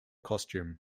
costume